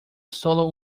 solo